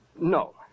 No